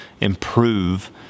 improve